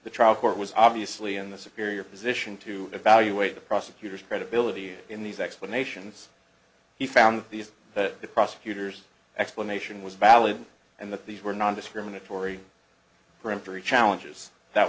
the trial court was obviously in the superior position to evaluate the prosecutor's credibility in these explanations he found these that the prosecutors explanation was valid and that these were nondiscriminatory peremptory challenges that